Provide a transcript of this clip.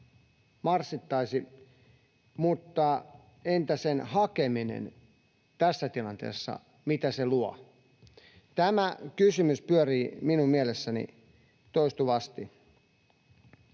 marssittaisi, mutta entä sen hakeminen tässä tilanteessa, mitä se luo? Tämä kysymys pyörii minun mielessäni toistuvasti.